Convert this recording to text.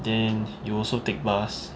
and you also take bus